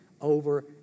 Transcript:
over